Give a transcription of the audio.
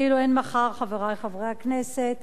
כאילו אין מחר, חברי חברי הכנסת.